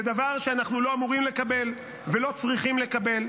זה דבר שאנחנו לא אמורים לקבל ולא צריכים לקבל.